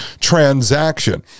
transaction